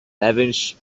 lavish